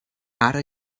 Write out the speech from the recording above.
ara